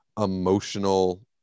emotional